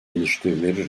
eleştirileri